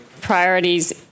priorities